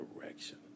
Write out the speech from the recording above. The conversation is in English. direction